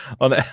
on